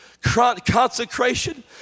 consecration